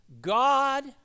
God